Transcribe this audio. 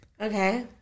Okay